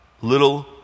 Little